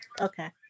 Okay